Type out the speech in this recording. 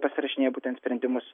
pasirašinėja būtent sprendimus